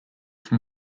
from